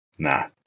Nah